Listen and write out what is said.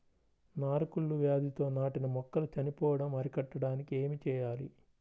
నారు కుళ్ళు వ్యాధితో నాటిన మొక్కలు చనిపోవడం అరికట్టడానికి ఏమి చేయాలి?